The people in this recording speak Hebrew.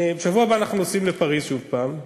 בשבוע הבא אנחנו נוסעים לפריז שוב פעם,